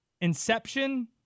Inception